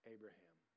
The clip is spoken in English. Abraham